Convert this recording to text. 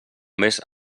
més